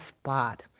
spot